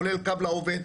כולל "קו לעובד",